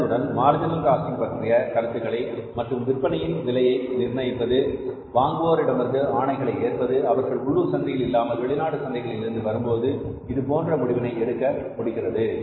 இதனுடன் marginal costing பற்றிய கருத்துக்களை மற்றும் விற்பனையின் விலையை நிர்ணயிப்பது வாங்குவோர் இடமிருந்து ஆணைகளை ஏற்பது அவர்கள் உள்ளூர் சந்தையில் இல்லாமல் வெளிநாட்டு சந்தைகளில் இருந்து வரும்போது இதுபோன்ற முடிவினை எடுக்க முடிகிறது